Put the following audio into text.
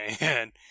man